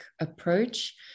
approach